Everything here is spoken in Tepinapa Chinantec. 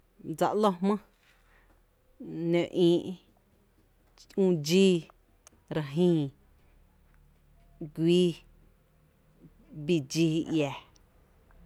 Dsa ‘lo jmý, nǿ ïï’, üü’ dxii, re jïï, guíí, bii dxii iää.